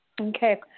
Okay